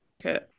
Okay